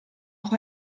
auch